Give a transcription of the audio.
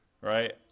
right